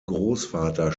großvater